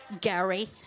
Gary